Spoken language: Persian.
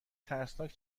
ترسناک